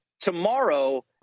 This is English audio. tomorrow